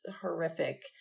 horrific